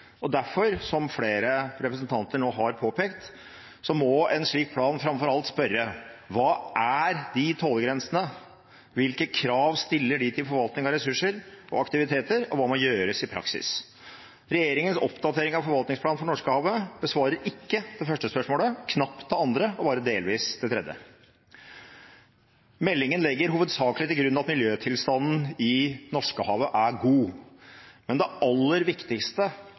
Derfor må en slik plan, som flere representanter nå har påpekt, framfor alt spørre: Hva er de tålegrensene? Hvilke krav stiller de til forvaltning av ressurser og aktiviteter? Og hva må gjøres i praksis? Regjeringens oppdatering av forvaltningsplanen for Norskehavet besvarer ikke det første spørsmålet, knapt det andre og bare delvis det tredje. Meldingen legger hovedsakelig til grunn at miljøtilstanden i Norskehavet er god. Men det aller viktigste